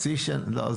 לא יודע